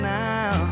now